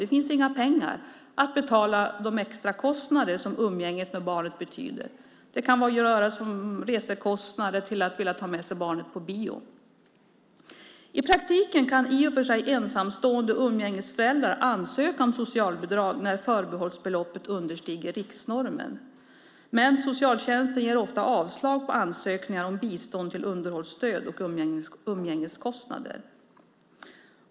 Det finns inga pengar att betala de extrakostnader som umgänget med barnet innebär. Det kan röra sig om allt från resekostnader till att ta med sig barnet på bio. I praktiken kan i och för sig ensamstående umgängesföräldrar ansöka om socialbidrag när förbehållsbeloppet understiger riksnormen. Men socialtjänsten avslår ofta ansökningar om bistånd till underhållsstöd och umgängeskostnader.